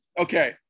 okay